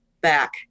back